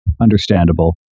understandable